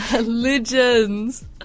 Legends